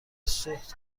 سوخت